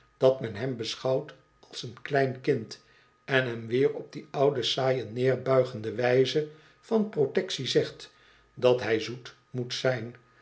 dat men hem beschouwt als een klein kind en hem weer op die oude saaie nederbuigende wijze van protectie zegt dat hij zoet moet zijn